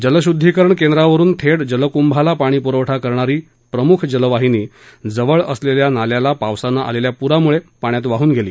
जलशुद्दीकरण केंद्रावरून थेट जलकूंभाला पाणीपुरवठा करणारी प्रमुख जलवाहिनी जवळ असलेल्या नाल्याला पावसानं आलेल्या पुरामुळे पाइप लाइन पाण्यात वाहून गेली